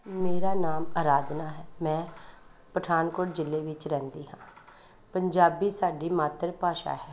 ਮੇਰਾ ਨਾਮ ਅਰਾਧਨਾ ਹੈ ਮੈਂ ਪਠਾਨਕੋਟ ਜ਼ਿਲ੍ਹੇ ਵਿੱਚ ਰਹਿੰਦੀ ਹਾਂ ਪੰਜਾਬੀ ਸਾਡੀ ਮਾਤਰ ਭਾਸ਼ਾ ਹੈ